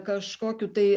kažkokiu tai